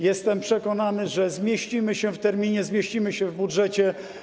Jestem przekonany, że zmieścimy się w terminie, zmieścimy się w budżecie.